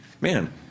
Man